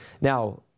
Now